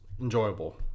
enjoyable